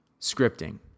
Scripting